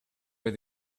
were